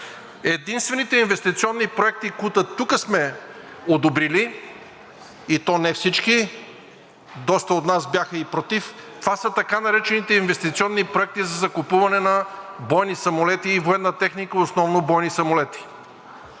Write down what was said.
Единствените инвестиционни проекти, които тук сме одобрили, и то не всички, а доста от нас бяха против, това са така наречените инвестиционни проекти за закупуване на бойни самолети и военна техника, основно на бойни самолети.